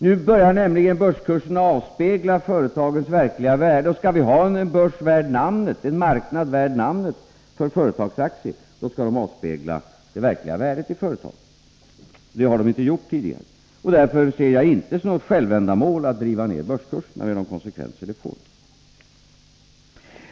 Nu börjar nämligen börskurserna avspegla företagens verkliga värde, och skall vi ha en börsmarknad värd namnet för företagsaktier, då skall kurserna avspegla det verkliga värdet i företagen. Det har de inte gjort tidigare. Därför ser jag det inte som ett självändamål att driva ner börskurserna med de konsekvenser som det får.